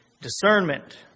discernment